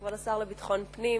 כבוד השר לביטחון פנים,